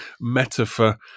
metaphor